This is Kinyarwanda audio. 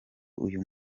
uyu